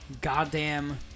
goddamn